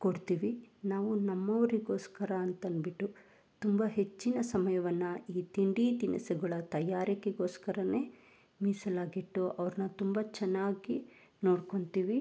ಕೊಡ್ತೀವಿ ನಾವು ನಮ್ಮವರಿಗೋಸ್ಕರ ಅಂತ ಅಂದ್ಬಿಟ್ಟು ತುಂಬ ಹೆಚ್ಚಿನ ಸಮಯವನ್ನು ಈ ತಿಂಡಿ ತಿನಿಸುಗಳ ತಯಾರಿಕೆಗೋಸ್ಕರವೇ ಮೀಸಲಾಗಿಟ್ಟು ಅವ್ರನ್ನ ತುಂಬ ಚೆನ್ನಾಗಿ ನೋಡ್ಕೋತೀವಿ